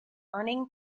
earning